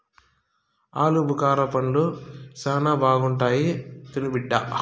ఆలుబుకారా పండ్లు శానా బాగుంటాయి తిను బిడ్డ